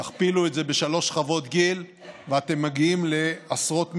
תכפילו את זה בשלוש שכבות גיל ואתם מגיעים לעשרות מיליארדים.